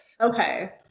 Okay